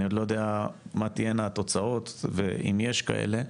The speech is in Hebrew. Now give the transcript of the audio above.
אני עוד לא יודע מה תהיינה התוצאות, ואם יש כאלה,